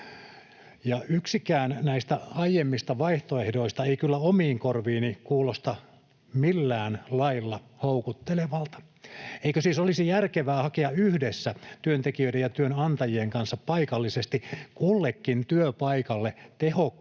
Yksikään näistä aiemmista vaihtoehdoista ei kyllä omiin korviini kuulosta millään lailla houkuttelevalta. Eikö siis olisi järkevää hakea yhdessä työntekijöiden ja työnantajien kanssa paikallisesti kullekin työpaikalle tehokkainta